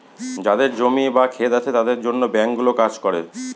যাদের জমি বা ক্ষেত আছে তাদের জন্য ব্যাঙ্কগুলো কাজ করে